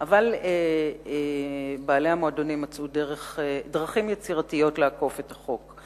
אבל בעלי המועדונים מצאו דרכים יצירתיות לעקוף את החוק.